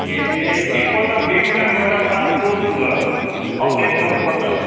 ए एक पल्ट ब्याङ्कमा गएर पास बुक अपडेट गर्नु पर्छ